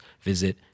visit